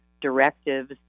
directives